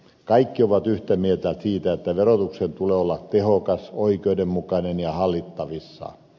kaikki ovat yhtä mieltä siitä että verotuksen tulee olla tehokas oikeudenmukainen ja hallittavissa